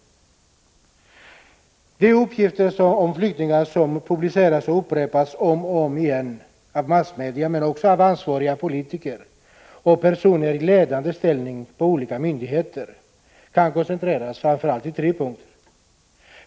De uppgifter om flyktingar som publiceras och upprepas om och om igen av massmedia, men också av ansvariga politiker och personer i ledande ställning på olika myndigheter, kan koncentreras i tre punkter.